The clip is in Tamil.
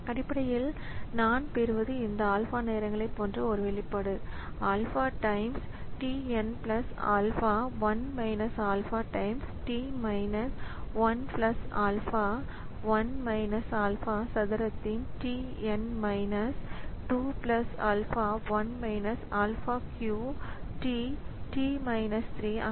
அடிப்படையில் நான் பெறுவது இந்த ஆல்பா நேரங்களைப் போன்ற ஒரு வெளிப்பாடு alpha times t n alpha 1 alpha times t n minus 1 plus alpha 1 minus alpha சதுரத்தில் T N minus 2 plus alpha 1 minus alpha cube T T minus 3 ஆக